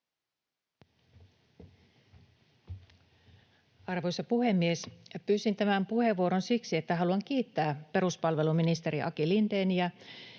Arvoisa puhemies! Pyysin tämän puheenvuoron siksi, että haluan kiittää peruspalveluministeri Aki Lindéniä